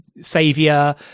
savior